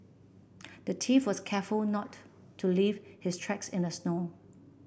the thief was careful not to leave his tracks in the snow